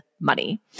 money